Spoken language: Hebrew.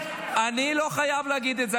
נכון, אבל --- אני לא חייב להגיד את זה.